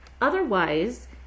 Otherwise